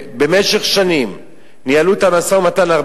שבמשך שנים ניהלו את המשא-ומתן בצורה